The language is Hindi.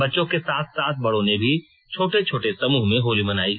बच्चों के साथ साथ बड़ों ने भी छोटे छोटे समूह में होली मनायी